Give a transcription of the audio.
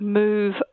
move